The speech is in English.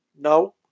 No